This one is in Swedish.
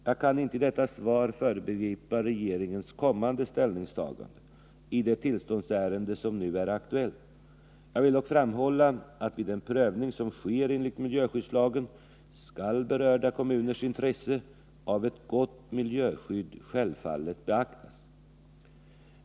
Jag kan inte i detta svar föregripa regeringens kommande ställningstaganden i det tillståndsärende som nu är aktuellt. Jag vill dock framhålla att vid den prövning som sker enligt miljöskyddslagen berörda kommuners intresse av ett gott miljöskydd självfallet skall beaktas.